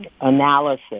analysis